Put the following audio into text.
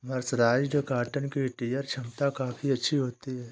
mercerised cotton की tear छमता काफी अच्छी होती है